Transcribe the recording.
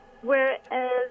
whereas